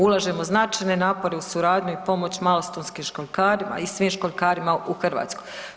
Ulažemo značajne napore u suradnju i pomoć Malostonskim školjkarima i svim školjkarima u Hrvatskoj.